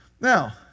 Now